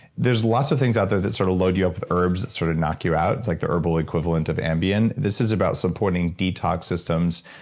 there's lots of things out there that sort of load you up with herbs that sort of knock you out, it's like the herbal equivalent of ambien. this is about supporting detox systems,